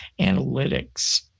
analytics